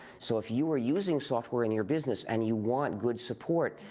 so if you are using software in your business, and you want good support,